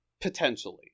Potentially